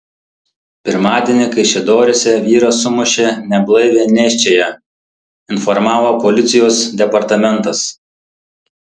pirmadienį kaišiadoryse vyras sumušė neblaivią nėščiąją informavo policijos departamentas